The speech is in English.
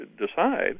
decide